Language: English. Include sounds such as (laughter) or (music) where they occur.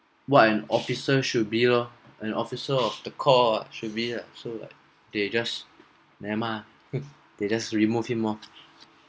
what an officer should be loh an officer of the core should be lah so like they just never mind (laughs) they they just remove him lor